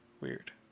Weird